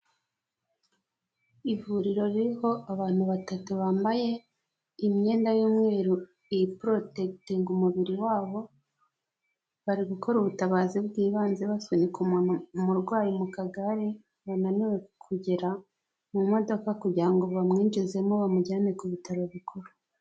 Ivuriro ririho abantu batatu bambaye imyenda y'umweru iporotegitinga umubiri wabo, bari gukora ubutabazi bw'ibanze basunika umuntu umurwayi mu kagare wananiwe kugera mu modoka kugira ngo bamwinjizemo bamujyane ku bitaro bikuru.